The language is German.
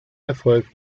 erfolg